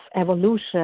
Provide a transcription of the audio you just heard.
evolution